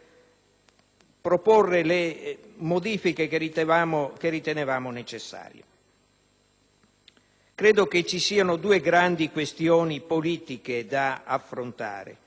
proporre le modifiche che ritenevamo necessarie. Credo che ci siano due grandi questioni politiche da affrontare.